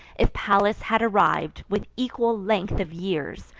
if pallas had arriv'd, with equal length of years,